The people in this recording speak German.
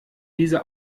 diese